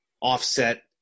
offset